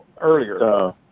earlier